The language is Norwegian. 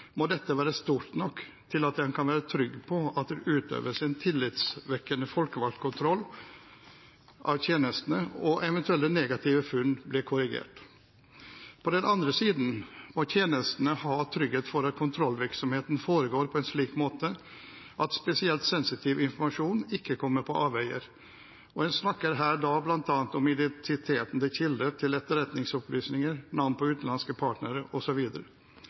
må dette være stort nok til at en kan være trygg på at det utøves en tillitvekkende folkevalgt kontroll av tjenestene, og at eventuelle negative funn blir korrigert. På den andre siden må tjenestene ha trygghet for at kontrollvirksomheten foregår på en slik måte at spesielt sensitiv informasjon ikke kommer på avveie, og da snakker en bl.a. om identiteten til kilder til etterretningsopplysninger, navn på utenlandske partnere,